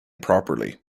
properly